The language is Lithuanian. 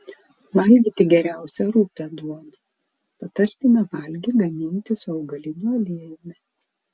valgyti geriausia rupią duoną patartina valgį gaminti su augaliniu aliejumi